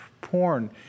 porn